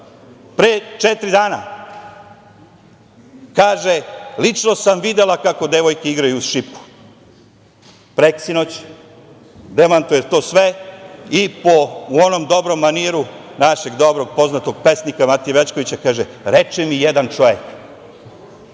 pre četiri dana kaže – lično sam videla kako devojke igraju uz šipku. Preksinoć demantuje to sve i po onom dobrom maniru, našeg dobrog poznatog pesnika, Matije Bećkovića kaže – reče mi jedan čovek. Znači,